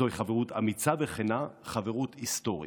זוהי חברות אמיצה וכנה, חברות היסטורית.